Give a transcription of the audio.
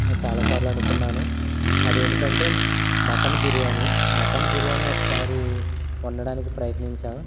చాలాసార్లు అనుకున్నాను అది ఏమిటంటే మటన్ బిర్యానీ మటన్ బిర్యానీ ఒకసారి వండడానికి ప్రయత్నించాను